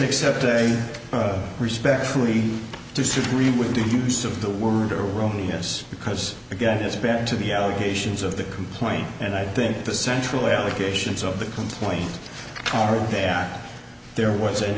except they respectfully disagree with the use of the word erroneous because again it's back to the allegations of the complaint and i think the central allegations of the complaint card that there was an